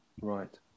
Right